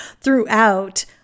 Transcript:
throughout